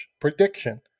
prediction